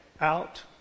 out